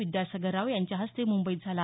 विद्यासागर राव यांच्या हस्ते मुंबईत झाला